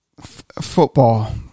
Football